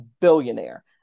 billionaire